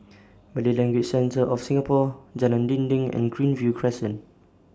Malay Language Centre of Singapore Jalan Dinding and Greenview Crescent